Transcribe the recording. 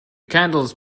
candles